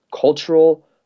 cultural